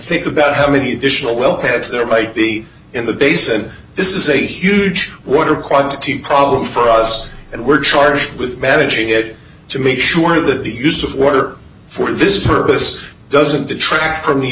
think about how many additional well pads there might be in the basin this is a huge water quantity problem for us and we're charged with benefit to make sure that the use of water for this purpose doesn't detract from the